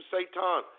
Satan